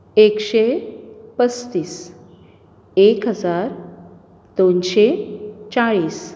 एकशें पसतीस एक हजार दोनशें चाळीस